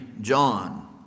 John